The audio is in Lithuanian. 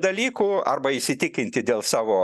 dalykų arba įsitikinti dėl savo